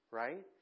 right